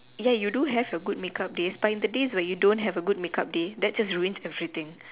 ya you do have your good make up days but in the days where you don't have a good make up day that just ruin everything